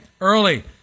early